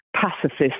pacifist